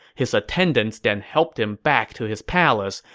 his attendants then helped him back to his palace,